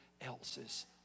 else's